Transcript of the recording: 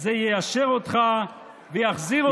זה יישר אותך ויחזיר אותך,